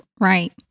Right